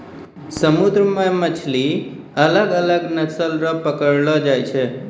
समुन्द्र मे मछली अलग अलग नस्ल रो पकड़लो जाय छै